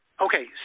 okay